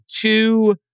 two